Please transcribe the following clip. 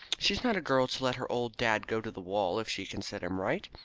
she's not a girl to let her old dad go to the wall if she can set him right.